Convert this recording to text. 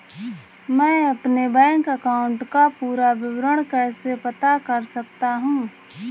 मैं अपने bank account का पूरा विवरण कैसे पता कर सकता हूँ?